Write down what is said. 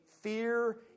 fear